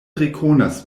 rekonas